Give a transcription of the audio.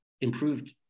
improved